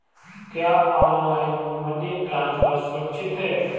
क्या online money transfer सुरक्षित है?